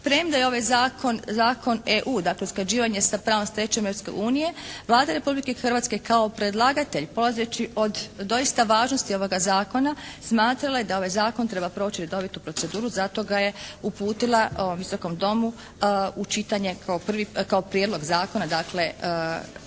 Premda je ovaj zakon, zakon EU dakle usklađivanje sa pravnom stečevinom Europske unije Vlada Republike Hrvatske kao predlagatelj polazeći od doista važnosti ovoga zakona smatrala je da ovaj zakon treba proći redovitu proceduru, zato ga je uputila ovom Visokom domu u čitanje kao prijedlog zakona dakle